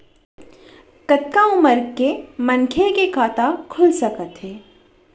कतका उमर के मनखे के खाता खुल सकथे?